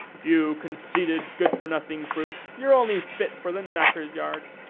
you conceited, good-for-nothing brute! you're only fit for the knacker's yard.